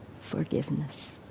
forgiveness